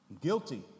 Guilty